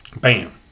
Bam